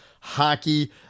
hockey